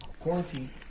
quarantine